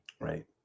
Right